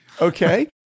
Okay